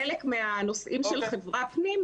אבל אם תיקח גם את חלק מהנושאים של חברה פנימה,